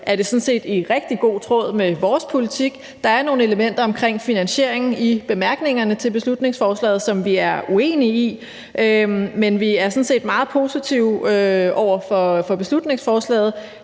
er det sådan set i rigtig god tråd med vores politik. Der er nogle elementer omkring finansieringen i bemærkningerne til beslutningsforslaget, som vi er uenige i, men vi er sådan set meget positive over for beslutningsforslaget.